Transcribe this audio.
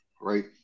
Right